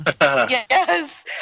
Yes